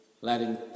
letting